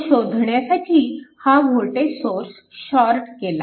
तो शोधण्यासाठी हा वोल्टेज सोर्स शॉर्ट केला